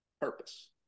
purpose